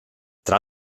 tra